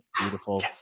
Beautiful